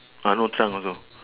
ah no trunk also